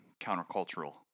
countercultural